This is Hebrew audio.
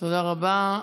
תודה רבה.